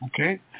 Okay